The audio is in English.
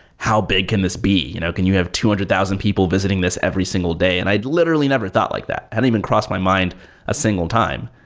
how big can this be? you know can you have two hundred thousand people visiting this every single day? and i'd literally never thought like that. it hadn't even crossed my mind a single time.